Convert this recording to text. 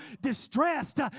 distressed